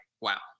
wow